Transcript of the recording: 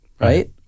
right